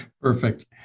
Perfect